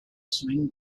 swing